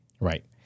Right